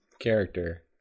character